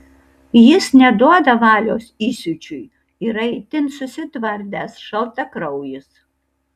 jis neduoda valios įsiūčiui yra itin susitvardęs šaltakraujis